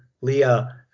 Leah